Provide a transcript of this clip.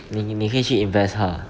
你你你可以去 invest 她 ah